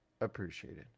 appreciated